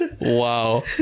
Wow